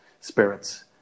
spirits